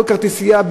כל כרטיסייה,